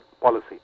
policy